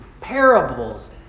parables